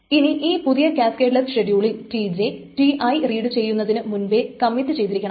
ഇനി ഈ പുതിയ കാസ്കേഡ്ലെസ്സ് ഷെഡ്യൂളിൽ Tj Ti റീഡ് ചെയ്യുന്നതിനു മുൻപെ കമ്മിറ്റ് ചെയ്തിരിക്കണം